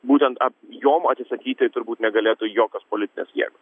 būtent jom atsisakyti turbūt negalėtų jokios politinės jėgos